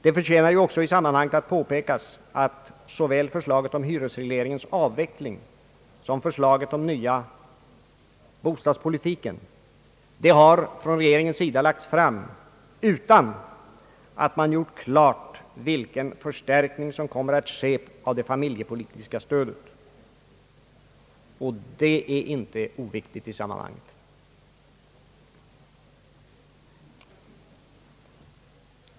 Det förtjänar ju också i sammanhanget att påpekas att såväl förslaget om hyresregleringens avveckling som förslaget om den nya bostadspolitiken från regeringens sida lagts fram utan att man gjort klart vilken förstärkning som kommer att ske av det familjepolitiska stödet — och det är inte oviktigt i detta sammanhang.